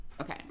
Okay